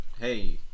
hey